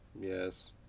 Yes